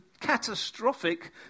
catastrophic